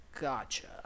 Gotcha